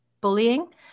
bullying